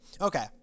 Okay